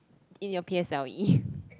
in your p_s_l_e